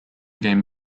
game